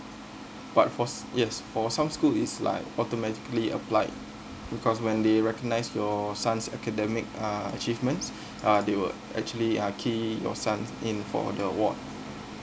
but for yes for some school is like automatically applied because when they recognize your son's academic uh achievements uh they would actually uh key in your son's name for the award